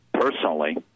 personally